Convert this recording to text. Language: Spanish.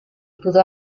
pudo